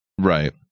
right